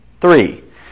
three